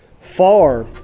far